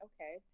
okay